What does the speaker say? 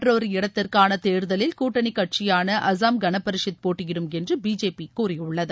மற்றொரு இடத்திற்கான தேர்தலில் கூட்டணி கட்சியான அசாம் கனபரிஷத் போட்டியிடும் என்று பிஜேபி கூறியுள்ளது